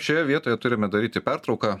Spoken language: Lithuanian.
šioje vietoje turime daryti pertrauką